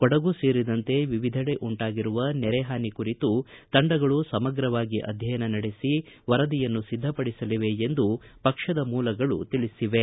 ಕೊಡಗು ಸೇರಿದಂತೆ ವಿವಿಧೆಡೆ ಉಂಟಾಗಿರುವ ನೆರೆ ಹಾನಿ ಕುರಿತು ತಂಡಗಳು ಸಮಗ್ರವಾಗಿ ಅಧ್ಯಯನ ನಡೆಸಿ ವರದಿಯನ್ನು ಸಿದ್ದಪಡಿಸಲಿವೆ ಎಂದು ಪಕ್ಷದ ಮೂಲಗಳು ತಿಳಿಸಿವೆ